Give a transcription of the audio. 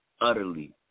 utterly